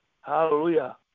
Hallelujah